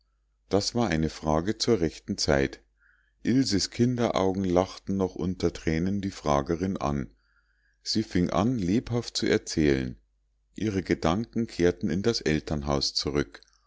das war eine frage zur rechten zeit ilses kinderaugen lachten noch unter thränen die fragerin an sie fing an lebhaft zu erzählen ihre gedanken kehrten in das elternhaus zurück